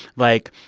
like,